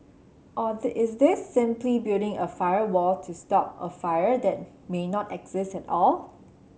or is this simply building a firewall to stop a fire that may not exist at all